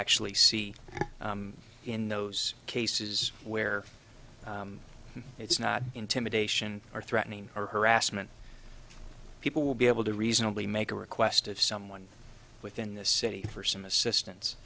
actually see in those cases where it's not intimidation or threatening or harassment people will be able to reasonably make a request of someone within the city for some assistance